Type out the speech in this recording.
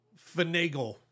finagle